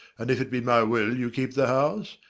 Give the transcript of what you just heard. and if it be my will you keep the house,